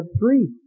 three